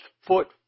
foot